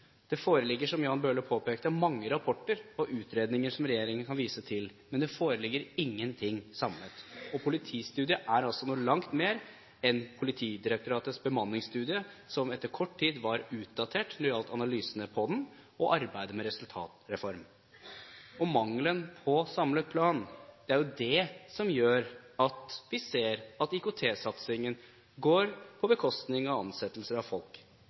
kan vise til, men det foreligger ikke noe samlet. En politistudie er noe langt mer enn Politidirektoratets bemanningsstudie, som etter kort tid var utdatert når det gjaldt analysene av den og arbeidet med en resultatreform. Mangelen på en samlet plan er det som gjør at vi ser at IKT-satsingen går på bekostning av ansettelser av folk.